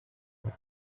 but